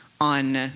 on